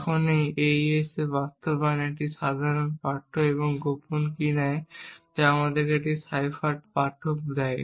এখন এই AES বাস্তবায়ন একটি সাধারণ পাঠ্য এবং গোপন কী নেয় এবং আপনাকে একটি সাইফার পাঠ্য দেয়